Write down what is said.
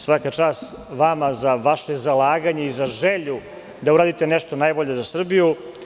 Svaka čast vama za vaše zalaganje i za želju da uradite nešto najbolje za Srbiju.